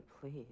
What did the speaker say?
please